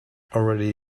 already